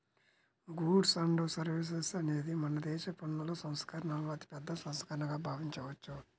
goods and services అనేది మనదేశ పన్నుల సంస్కరణలలో అతిపెద్ద సంస్కరణగా భావించవచ్చు